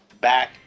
back